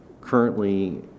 currently